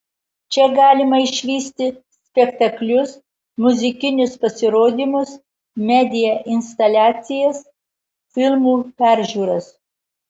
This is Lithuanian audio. čia galima išvysti spektaklius muzikinius pasirodymus media instaliacijas filmų peržiūras